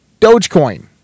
Dogecoin